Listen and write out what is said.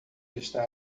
está